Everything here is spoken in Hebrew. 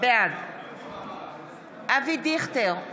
בעד אבי דיכטר,